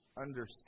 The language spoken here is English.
understand